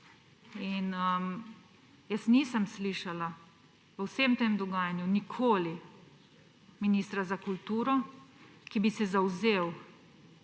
nikoli nisem slišala v vsem tem dogajanju ministra za kulturo, ki bi se zavzel